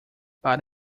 para